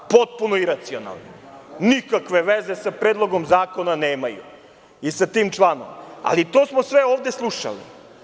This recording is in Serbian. Potpuno iracionalno, nikakve veze sa Predlogom zakona nemaju i sa tim članom, ali to smo sve ovde slušali.